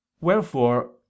wherefore